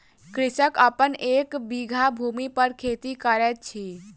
कृषक अपन एक बीघा भूमि पर खेती करैत अछि